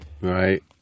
Right